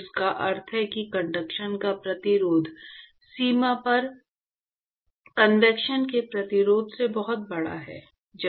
जिसका अर्थ है कि कंडक्शन का प्रतिरोध सीमा पर कन्वेक्शन के प्रतिरोध से बहुत बड़ा है